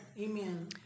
Amen